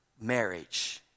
marriage